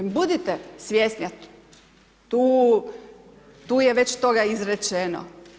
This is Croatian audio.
Budite svjesni, tu je već toga izrečeno.